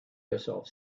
yourself